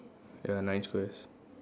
ya nine squares